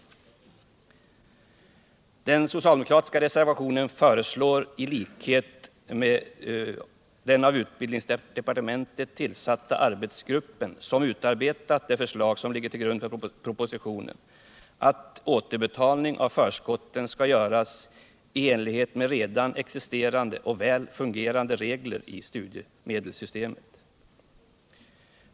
I den socialdemokratiska reservationen föreslår vi i likhet med den av utbildningsdepartementet tillsatta arbetsgruppen, som utarbetat det förslag som ligger till grund för propositionen, att återbetalning av förskotten skall göras i enlighet med redan existerande och väl fungerande regler i studiemedelssystemet.